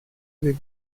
avec